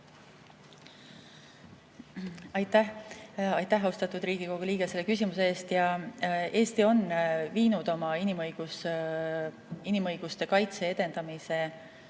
Aitäh, austatud Riigikogu liige, selle küsimuse eest! Eesti on viinud oma inimõiguste kaitse ja edendamise